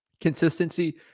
consistency